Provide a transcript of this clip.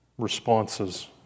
Responses